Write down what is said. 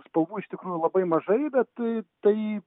spalvų iš tikrųjų labai mažai bet tai